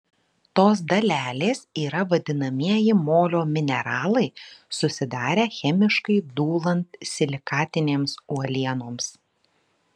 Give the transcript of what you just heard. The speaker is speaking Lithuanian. tos dalelės yra vadinamieji molio mineralai susidarę chemiškai dūlant silikatinėms uolienoms